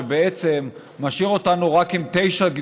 שבעצם משאיר אותנו עם רק תשעה דיברות,